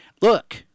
look